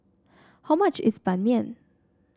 how much is Ban Mian